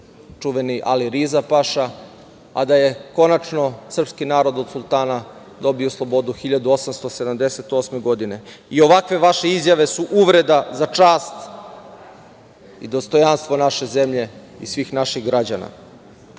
čuveni Ali Riza paša, a da je konačno srpski narod od sultana dobio slobodu 1878. godine i ovakve vaše izjave su uvreda za čast i dostojanstvo naše zemlje i svih naših građana. To